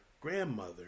grandmother